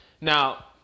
now